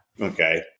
okay